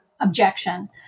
objection